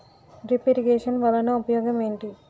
drip irrigation వలన ఉపయోగం ఏంటి